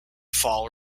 fall